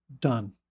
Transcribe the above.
done